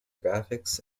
graphics